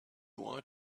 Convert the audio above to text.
want